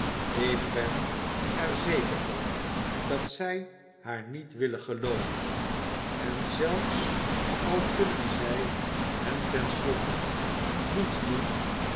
ik ben er zeker van dat zij haar niet willen gelooven en zelfs al kunnen zij hem ten slotte niets doen